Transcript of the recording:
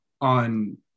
on